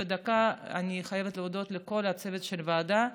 אני חייבת להודות לכל הצוות של הוועדה,